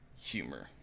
humor